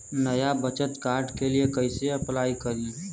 नया बचत कार्ड के लिए कइसे अपलाई करी?